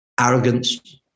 Arrogance